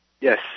Yes